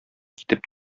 китеп